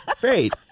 Great